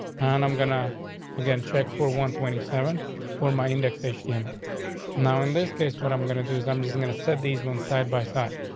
and i'm gonna again check for one twenty seventh for my indexation. um now, in this case, what i'm gonna do is i'm just going to set these on side by side.